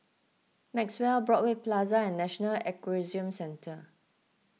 Maxwell Broadway Plaza and National Equestrian Centre